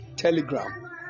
Telegram